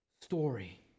story